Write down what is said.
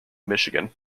michigan